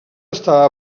estava